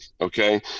okay